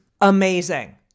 amazing